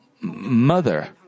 Mother